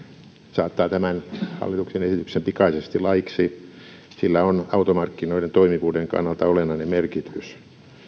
saattaa tämän hallituksen esityksen pikaisesti laiksi sillä on automarkkinoiden toimivuuden kannalta olennainen merkitys